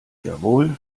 jawohl